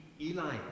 Eli